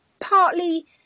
partly